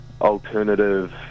alternative